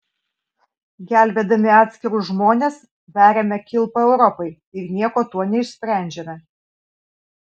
gelbėdami atskirus žmones veriame kilpą europai ir nieko tuo neišsprendžiame